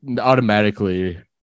Automatically